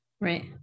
Right